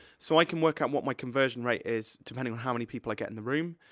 so i can work out what my conversion rate is depending on how many people i get in the room.